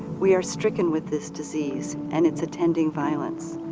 we are stricken with this disease and its attending violence.